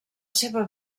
seva